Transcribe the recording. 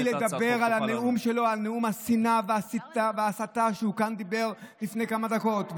מותר לי לדבר על נאום השנאה והשטנה וההסתה שהוא אמר כאן לפני כמה דקות,